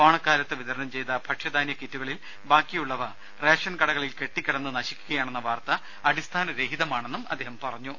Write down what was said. ഓണക്കാലത്ത് വിതരണം ചെയ്ത ഭക്ഷ്യധാന്യ കിറ്റുകളിൽ ബാക്കിയുള്ളവ റേഷൻ കടകളിൽ കെട്ടിക്കിടന്ന് നശിക്കുകയാണെന്ന വാർത്ത അടിസ്ഥാന രഹിതമാണെന്നും അദ്ദേഹം പറഞ്ഞു